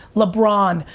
lebron,